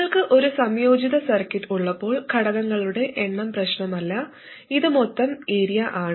നിങ്ങൾക്ക് ഒരു സംയോജിത സർക്യൂട്ട് ഉള്ളപ്പോൾ ഘടകങ്ങളുടെ എണ്ണം പ്രശ്നമല്ല ഇത് മൊത്തം ഏരിയയാണ്